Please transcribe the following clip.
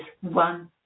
one